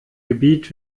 gebiet